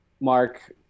Mark